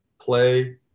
play